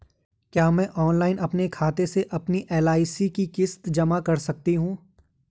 क्या मैं ऑनलाइन अपने खाते से अपनी एल.आई.सी की किश्त जमा कर सकती हूँ?